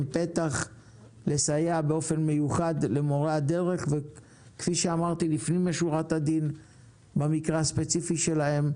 פתח לסייע באופן מיוחד למורי הדרך לפנים משורת הדין במקרה הספציפי שלהם,